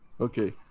Okay